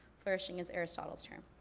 flourishing is aristotle's term.